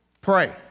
pray